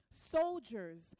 Soldiers